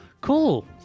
Cool